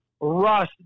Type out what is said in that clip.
Russ